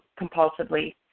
compulsively